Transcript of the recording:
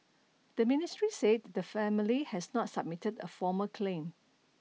the ministry said the family has not submitted a formal claim